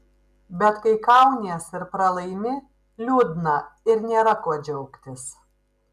bet kai kaunies ir pralaimi liūdna ir nėra kuo džiaugtis